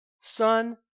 son